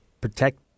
protect